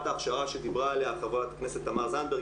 ההכשרה שדיברה עליה חברת הכנסת תמר זנדברג,